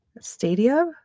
Stadium